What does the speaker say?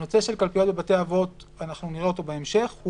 הנושא של קלפיות בבתי אבות נראה אותו בהמשך.